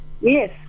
yes